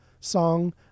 song